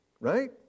Right